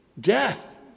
Death